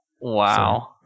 Wow